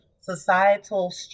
societal